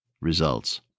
results